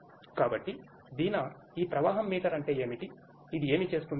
కాబట్టి దీనా ఈ ప్రవాహం మీటర్ అంటే ఏమిటిఇది ఏమి చేస్తుంది